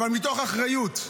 אבל מתוך אחריות.